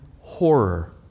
horror